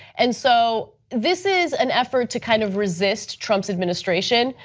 and so this is an effort to kind of resist trump's administration,